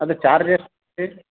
ಅದಕ್ಕೆ ಚಾರ್ಜ್ ಎಷ್ಟು ರೀ